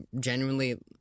genuinely